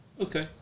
Okay